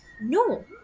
no